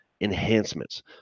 enhancements